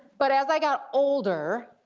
but as i got older,